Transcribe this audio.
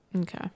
Okay